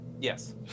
Yes